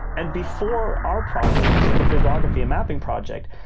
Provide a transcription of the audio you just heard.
and before our project, the bibliography and mapping project,